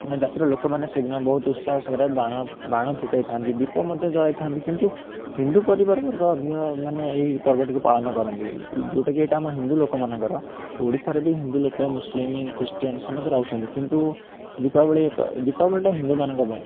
ଆମ ଜାତିର ଲୋକମାନେ ସେଦିନ ବହୁତ ଉତ୍ସାହ ସହକାରେ ବାଣ ବାଣ ଫୁଟେଇଥାନ୍ତି ଦୀପ ମଧ୍ୟ ଜଳାଇଥାନ୍ତି କିନ୍ତୁ ହିନ୍ଦୁ ପରିବାର ବର୍ଗ ଅଧିକ ମାନେ ଏହି ପର୍ବଟିକୁ ପାଳନ କରନ୍ତି ଯେଉଁଟାକି ଏଇଟା ଆମ ହିନ୍ଦୁଲୋକ ହିନ୍ଦୁମାନଙ୍କର ଓଡ଼ିଶାରେ ବି ହିନ୍ଦୁଲୋକ ମୁସଲିମ୍ ଖ୍ରୀଷ୍ଟିଆନ୍ ସମସ୍ତେ ରହୁଛନ୍ତି କିନ୍ତୁ ଦୀପାବଳି ଏକ ଦୀପାବଳିଟା ହିନ୍ଦୁମାନଙ୍କପାଇଁ